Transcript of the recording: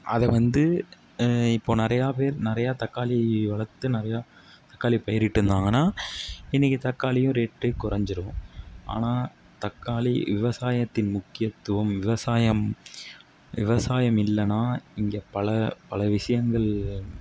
அதை வந்து இப்போது நிறையா பேர் நிறைய தக்காளி வளர்த்து நிறையா தக்காளி பயிர் இட்டுருந்தாங்கனால் இன்றைக்கு தக்காளியும் ரேட் குறைஞ்சிருக்கும் ஆனால் தக்காளி விவசாயத்தின் முக்கியத்துவம் விவசாயம் விவசாயம் இல்லைனா இங்கே பல பல விஷயங்கள்